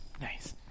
Nice